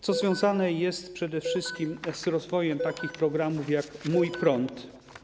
co związane jest przede wszystkim z rozwojem takich programów, jak „Mój prąd”